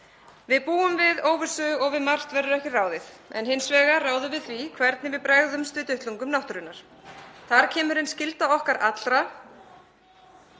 Við búum við óvissu og við margt verður ekki ráðið, en hins vegar ráðum við því hvernig við bregðumst við duttlungum náttúrunnar. Þar kemur inn skylda okkar allra